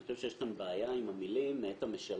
אני חושב שיש כאן בעיה עם המילים: מאת המשלם,